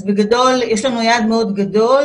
אז בגדול יש לנו יעד מאוד גדול,